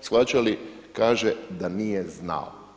shvaćali kaže da nije znao.